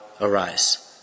arise